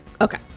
Okay